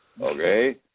Okay